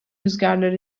rüzgarları